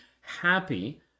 happy